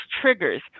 triggers